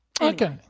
Okay